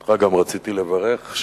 גם אותך רציתי לברך,